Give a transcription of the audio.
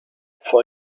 for